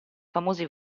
famosi